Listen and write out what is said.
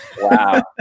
Wow